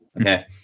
Okay